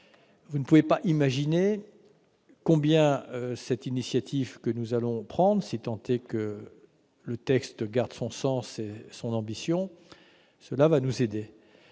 Vous ne pouvez pas imaginer combien cette initiative que nous allons prendre, si tant est que le présent texte garde son sens et son ambition, va nous aider.